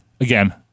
Again